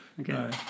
okay